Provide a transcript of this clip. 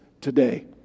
today